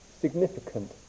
significant